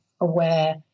aware